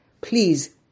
Please